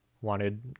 wanted